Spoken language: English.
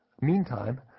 Meantime